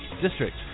district